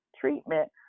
treatment